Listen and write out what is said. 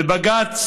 בבג"ץ